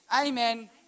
Amen